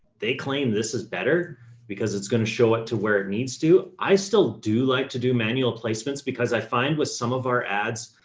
they claim this is better because it's going to show it to where it needs to. i still do like to do manual placements because i find with some of our ads,